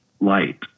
light